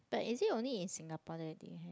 but is it only in Singapore that they have